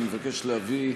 כתומך בהצעת החוק, אני מבינה.